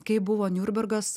kai buvo niurnbergas